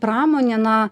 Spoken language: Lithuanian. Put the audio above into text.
pramonė na